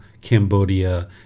Cambodia